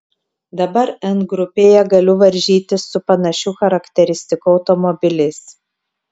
dabar n grupėje galiu varžytis su panašių charakteristikų automobiliais